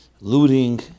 looting